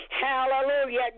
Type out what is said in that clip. hallelujah